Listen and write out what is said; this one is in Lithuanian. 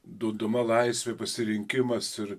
duodama laisvė pasirinkimas ir